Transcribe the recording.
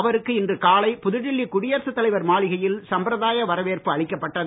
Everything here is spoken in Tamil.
அவருக்கு இன்று காலை புதுடெல்லி குடியரசு தலைவர் மாளிகையில் சம்பிரதாய வரவேற்பு அளிக்கப்பட்டது